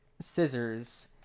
scissors